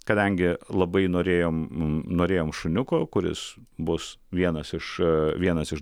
kadangi labai norėjom norėjom šuniuko kuris bus vienas iš vienas iš